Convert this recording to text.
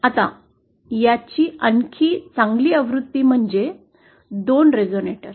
आता याची आणखी चांगली आवृत्ती म्हणजे 2 रेझोनिएटर